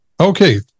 Okay